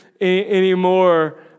anymore